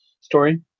story